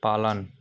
पालन